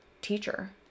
teacher